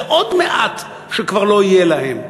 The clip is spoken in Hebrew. זה עוד מעט שכבר לא יהיה להם.